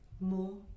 more